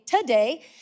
today